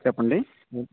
చెప్పండీ